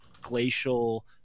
glacial